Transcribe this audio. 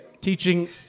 teaching